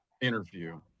interview